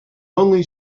only